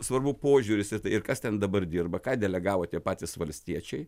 svarbu požiūris ir tai ir kas ten dabar dirba ką delegavo tie patys valstiečiai